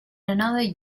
another